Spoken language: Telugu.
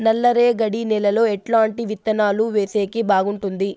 నల్లరేగడి నేలలో ఎట్లాంటి విత్తనాలు వేసేకి బాగుంటుంది?